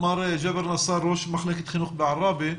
ג'אבר נסר, ראש מחלקת חינוך בעראבה.